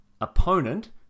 opponent